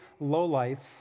lowlights